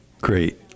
Great